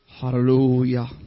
Hallelujah